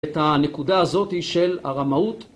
‫את הנקודה הזאת של הרמאות.